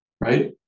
right